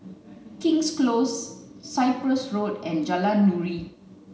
King's Close Cyprus Road and Jalan Nuri